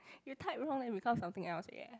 you type wrong then become something else eh